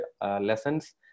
lessons